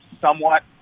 somewhat